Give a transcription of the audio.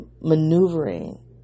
maneuvering